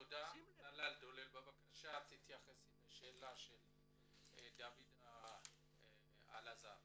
טלל דולב תתייחסי בבקשה לשאלתו של דוד אלעזר.